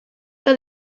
què